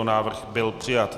Návrh byl přijat.